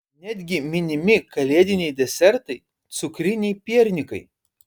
netgi minimi kalėdiniai desertai cukriniai piernikai